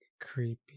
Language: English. creepy